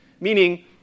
Meaning